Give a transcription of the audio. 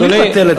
לא לבטל את ההטבה.